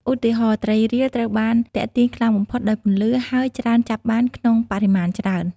ឧទាហរណ៍ ត្រីរៀល ត្រូវបានទាក់ទាញខ្លាំងបំផុតដោយពន្លឺ ហើយច្រើនចាប់បានក្នុងបរិមាណច្រើន។